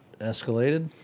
escalated